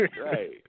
Right